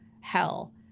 hell